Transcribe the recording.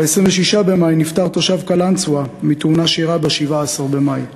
ב-26 במאי נפטר תושב קלנסואה מתאונה שאירעה ב-17 במאי.